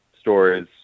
stories